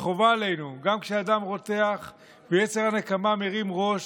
וחובה עלינו, גם כשהדם רותח ויצר הנקמה מרים ראש,